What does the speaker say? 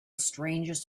strangest